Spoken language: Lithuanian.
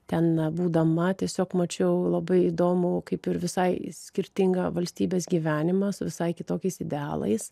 ten būdama tiesiog mačiau labai įdomu kaip ir visai skirtingą valstybės gyvenimą su visai kitokiais idealais